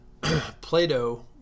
Plato